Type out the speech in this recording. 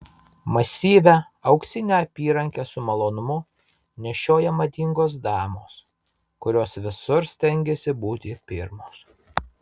masyvią auksinę apyrankę su malonumu nešioja madingos damos kurios visur stengiasi būti pirmos